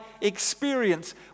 experience